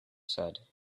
said